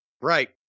Right